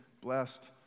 blessed